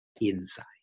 inside